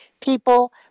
people